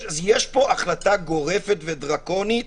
יש פה החלטה גורפת ודרקונית,